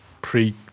Pre